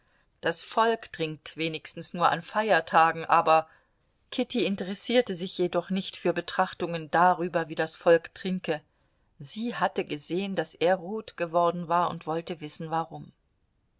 das volk trinkt wenigstens nur an feiertagen aber kitty interessierte sich jedoch nicht für betrachtungen darüber wie das volk trinke sie hatte gesehen daß er rot geworden war und wollte wissen warum